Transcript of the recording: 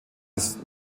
des